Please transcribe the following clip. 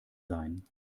sein